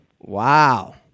Wow